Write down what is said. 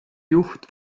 juht